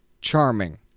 charming